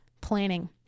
planning